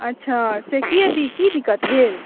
अच्छा से की की दिक्कत भेल